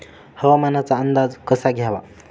हवामानाचा अंदाज कसा घ्यावा?